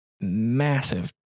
massive